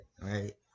right